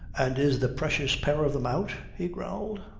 and is the precious pair of them out? he growled.